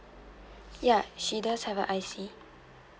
ya she does have a I_C